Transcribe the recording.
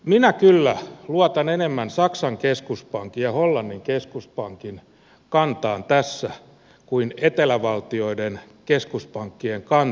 minä kyllä luotan tässä enemmän saksan keskuspankin ja hollannin keskuspankin kantaan kuin etelävaltioiden keskuspankkien kantaan